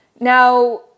now